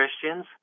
Christians